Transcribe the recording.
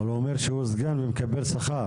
אבל הוא אומר שהוא סגן והוא מקבל שכר.